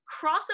crossover